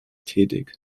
tätig